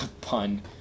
Pun